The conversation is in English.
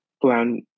plan